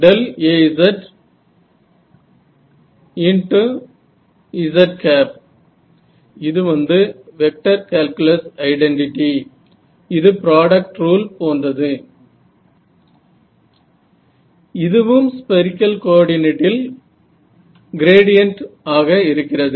H1A11AzzAzz1 இது வந்து vector calculus identity இது புராடக்ட் ரூல் போன்றது இதுவும் ஸ்பெரிக்கல் கோஆர்டிநேட்டில் கிரேடியன்ட் ஆக இருக்கிறது